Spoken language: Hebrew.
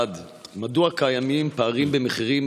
1. מדוע קיימים פערים במחירים,